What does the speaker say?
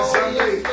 Sunday